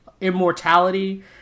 immortality